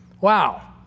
Wow